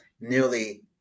nearly